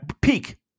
Peak